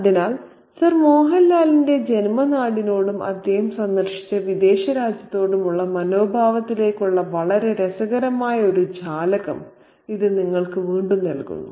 അതിനാൽ സർ മോഹൻലാൽന്റെ ജന്മനാടിനോടും അദ്ദേഹം സന്ദർശിച്ച വിദേശ രാജ്യത്തോടുമുള്ള മനോഭാവത്തിലേക്കുള്ള വളരെ രസകരമായ ഒരു ജാലകം ഇത് നിങ്ങൾക്ക് വീണ്ടും നൽകുന്നു